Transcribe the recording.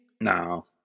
No